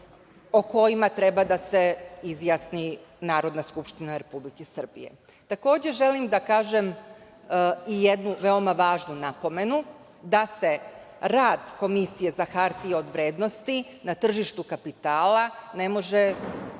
o kojima treba da se izjasni Narodna skupština Republike Srbije? Takođe želim da kažem i jednu veoma važnu napomenu, da se rad Komisije za hartije od vrednosti na tržištu kapitala ne može